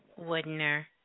Woodner